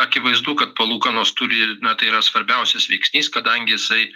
akivaizdu kad palūkanos turi na tai yra svarbiausias veiksnys kadangi jisai